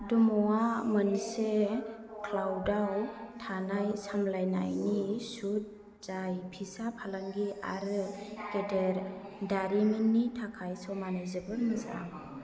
डम'आ मोनसे क्लाउडाव थानाय सामलायनायनि सुट जाय फिसा फालांगि आरो गेदेर दारिमिननि थाखाय समानै जोबोद मोजां